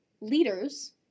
leaders